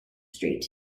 street